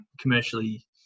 commercially